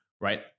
right